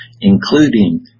including